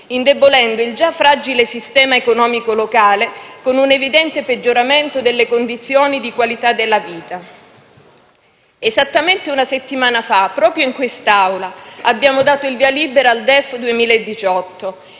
indebolendo il già fragile sistema economico locale, con un evidente peggioramento delle condizioni di qualità della vita. Esattamente una settimana fa, proprio in quest'Aula, abbiamo dato il via libera al DEF 2018